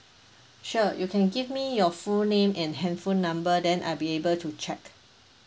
sure you can give me your full name and handphone number then I'll be able to check